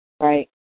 Right